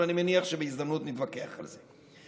אבל אני מניח שבהזדמנות נתווכח על זה.